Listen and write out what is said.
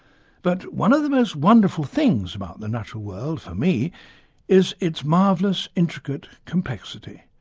but one of the most wonderful things about the natural world for me is its marvellous, intricate complexity,